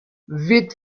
with